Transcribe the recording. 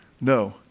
No